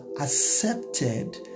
accepted